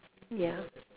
ya